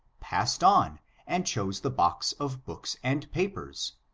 passed on and chose the box of books and papers.